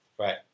Right